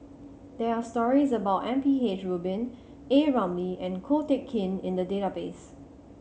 there are stories about M P H Rubin A Ramli and Ko Teck Kin in the database